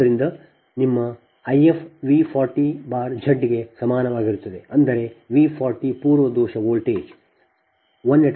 ಆದ್ದರಿಂದ ನಿಮ್ಮ I f V 40 Z ಗೆ ಸಮಾನವಾಗಿರುತ್ತದೆ ಅಂದರೆ V 40 ಪೂರ್ವ ದೋಷ ವೋಲ್ಟೇಜ್ 1∠0j0